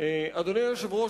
אדוני היושב-ראש,